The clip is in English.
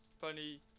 funny